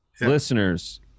Listeners